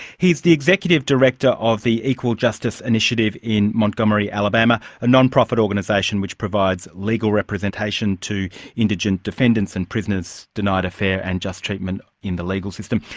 he's the executive director of the equal justice initiative in montgomery alabama, a non-profit organisation which provides legal representation to indigent defendants and prisoners denied a fair and just treatment in the legal system.